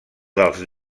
dels